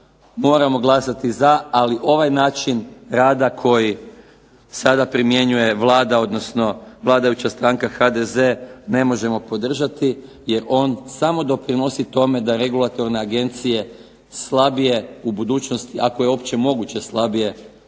moramo glasati za, ali ovaj način rada koji sada primjenjuje Vlada, odnosno vladajuća stranka HDZ, ne možemo podržati jer on samo doprinosi tome da regulatorne agencije slabije u budućnosti, ako je uopće moguće slabije,